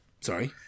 Sorry